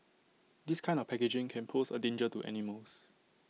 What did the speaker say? this kind of packaging can pose A danger to animals